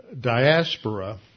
diaspora